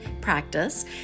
practice